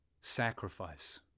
Sacrifice